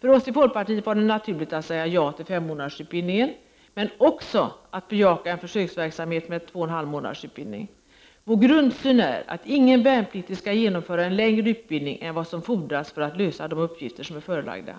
För oss i folkpartiet var det naturligt att säga ja till femmånadersutbildningen men också att bejaka en försöksverksamhet med två och en halv månads utbildning. Vår grundsyn är att ingen värnpliktig skall genomgå en längre utbildning än vad som fordras för att lösa de uppgifter som är förelagda.